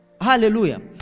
Hallelujah